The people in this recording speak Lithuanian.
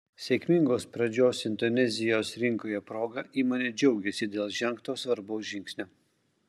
sėkmingos pradžios indonezijos rinkoje proga įmonė džiaugiasi dėl žengto svarbaus žingsnio